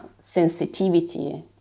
sensitivity